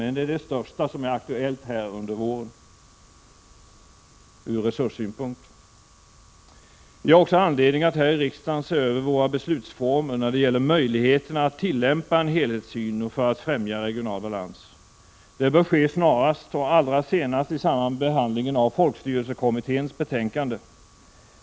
Men det är det viktigaste exemplet på de åtgärder som ur resurssynpunkt är aktuella under våren. Vi har också anledning att här i riksdagen se över våra beslutsformer när det gäller möjligheten att tillämpa en helhetssyn för att främja regional balans. Det bör ske snarast och allra senast i samband med behandlingen av folkstyrelsekommitténs betänkande.